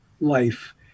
life